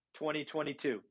2022